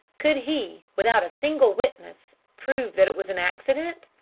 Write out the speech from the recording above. could he, without a single witness, prove that it was an accident?